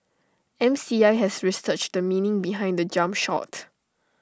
M C I has researched the meaning behind the jump shot